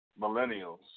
millennials